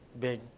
big